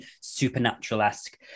supernatural-esque